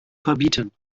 verbieten